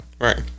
Right